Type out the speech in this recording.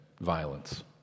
violence